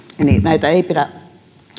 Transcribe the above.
että näitä ei pidä